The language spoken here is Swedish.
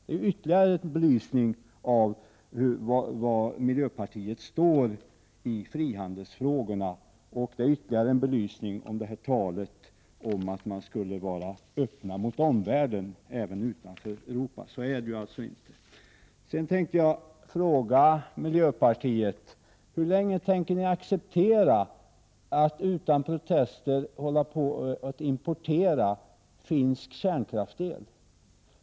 Det ger ytterligare belysning av var miljöpartiet står i frihandelsfrågorna och ger ytterligare belysning med anledning av talet om att miljöpartiet skulle vara öppet mot omvärlden även utanför Europa. Så är det alltså inte. Sedan tänkte jag fråga miljöpartiet: Hur länge tänker ni acceptera utan protester att Sverige importerar finsk kärnkraftsel?